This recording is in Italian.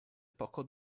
poco